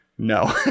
No